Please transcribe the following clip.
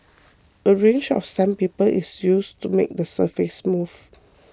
a range of sandpaper is used to make the surface smooth